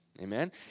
Amen